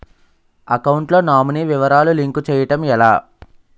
Account లో nominee వివరాలు link చేయటం ఎలా?